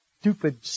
stupid